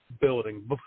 building